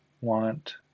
want